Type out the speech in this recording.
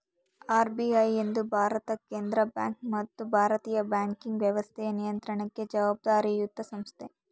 RBI ಎಂದು ಭಾರತದ ಕೇಂದ್ರ ಬ್ಯಾಂಕ್ ಮತ್ತು ಭಾರತೀಯ ಬ್ಯಾಂಕಿಂಗ್ ವ್ಯವಸ್ಥೆ ನಿಯಂತ್ರಣಕ್ಕೆ ಜವಾಬ್ದಾರಿಯತ ಸಂಸ್ಥೆ